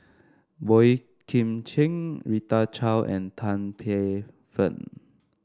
Boey Kim Cheng Rita Chao and Tan Paey Fern